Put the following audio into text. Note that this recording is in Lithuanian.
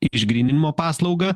išgryninimo paslaugą